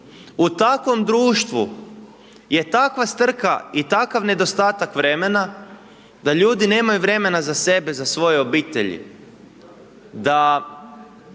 U takvom društvu je takva strka i takav nedostatak vremena da ljudi nemaju vremena za sebe i svoje obitelji. Da